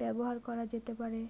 ব্যবহার করা যেতে পারে?